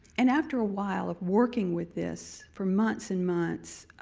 and after a while of working with this for months and months,